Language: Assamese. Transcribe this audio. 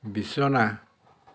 বিছনা